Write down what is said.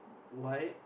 white